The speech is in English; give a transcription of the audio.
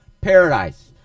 Paradise